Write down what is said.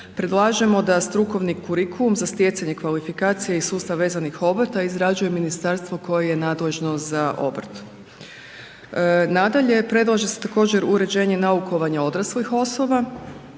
predlažemo da strukovni kurikulum za stjecanje kvalifikacije i sustav vezanih obrta izrađuje ministarstvo koje je nadležno za obrt. Nadalje, predlaže se također uređenje naukovanja odraslih osoba,